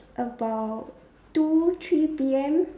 about two three P_M